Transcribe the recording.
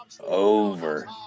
over